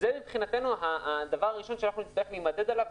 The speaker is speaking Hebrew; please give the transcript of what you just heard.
מבחינתנו זה הדבר הראשון שאנחנו נצטרך להימדד עליו,